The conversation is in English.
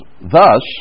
Thus